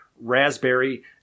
Raspberry